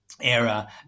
era